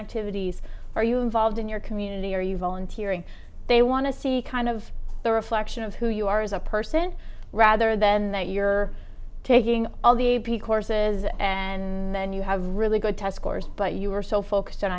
activities are you involved in your community or are you volunteering they want to see kind of the reflection of who you are as a person rather than that you're taking all the courses and then you have really good test scores but you were so focused on